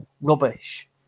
Rubbish